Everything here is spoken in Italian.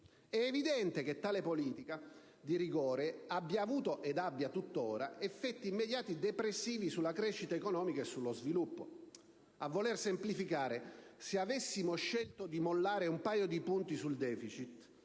È evidente che tale politica di rigore abbia avuto, e abbia tutt'ora, effetti immediati depressivi sulla crescita economica e sullo sviluppo; a voler semplificare, se avessimo scelto di mollare un paio di punti sul deficit,